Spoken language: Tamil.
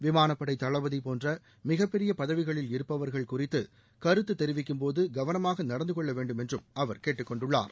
விமானப்படை தளபதி போன்ற மிகப்பெரிய பதவிகளில் இருப்பவர்கள் குறித்து கருத்து தெரிவிக்கும்போது கவனமாகநடந்துகொள்ள வேண்டும் என்றும் அவர் கேட்டுக்கொண்டுள்ளார்